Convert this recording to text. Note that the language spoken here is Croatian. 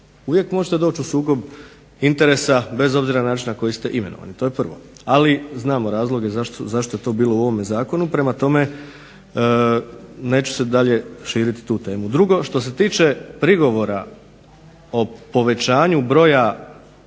uvijek možete doći u sukob interesa bez obzira na način na koji ste imenovani. To je prvo. Ali znamo razloge zašto je to bilo u ovom zakonu. Prema tome, neću se dalje širiti tu temu. Drugo, što se tiče prigovora o povećanju broja